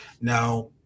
Now